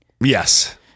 Yes